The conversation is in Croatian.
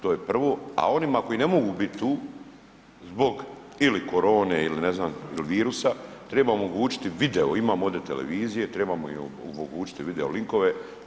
To je prvo, a oni koji ne mogu biti tu, zbog ili korone ili ne znam ili virusa treba omogućiti video, imamo ovde televizije, trebamo im omogućiti video linkove.